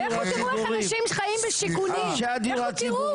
לכו תראו איך אנשים חיים בשיכונים, לכו תראו.